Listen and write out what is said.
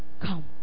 come